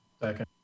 Second